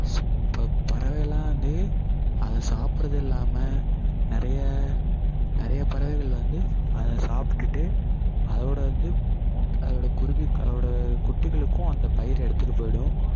சு இப்போ பறவையெல்லாம் வந்து அதை சாப்பிட்றதும் இல்லாமல் நிறைய நிறைய பறவைகள் வந்து அதை சாப்பிட்டுட்டு அதோடய வந்து அதோடய குருவிக்கு அதோடய குட்டிகளுக்கும் அந்த பயிரை எடுத்துட்டு போயிடும்